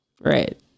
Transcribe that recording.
Right